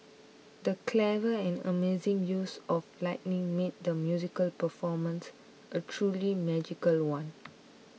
the clever and amazing use of lighting made the musical performance a truly magical one